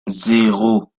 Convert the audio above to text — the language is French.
zéro